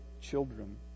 children